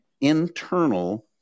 internal